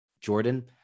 Jordan